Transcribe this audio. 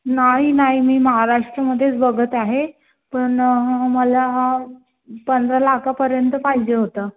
नाही नाही मी महाराष्ट्रमध्येच बघत आहे पण मला पंधरा लाखापर्यंत पाहिजे होतं